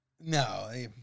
No